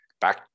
back